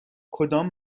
کدام